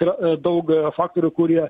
yra daug faktorių kurie